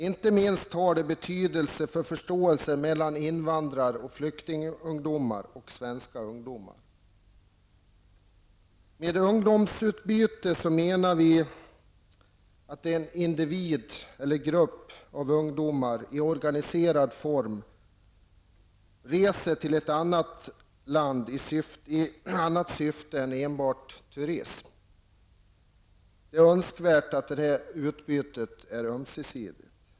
Inte minst har det betydelse för förståelse mellan invandrar och flyktingungdomar å ena sidan och svenska ungdomar å den andra. Med ungdomsutbyte menar vi att en individ eller grupp av ungdomar i organiserad form reser till ett annat land i annat syfte än enbart som turist. Det är önskvärt att det utbytet är ömsesidigt.